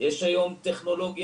יש היום טכנולוגיה,